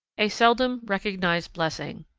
a seldom recognised blessing.